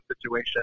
situation